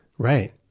Right